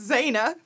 Zayna